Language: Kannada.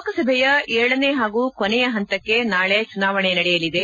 ಲೋಕಸಭೆಯ ಏಳನೇ ಹಾಗೂ ಕೊನೆಯ ಹಂತಕ್ಕೆ ನಾಳೆ ಚುನಾವಣೆ ನಡೆಯಲಿದೆ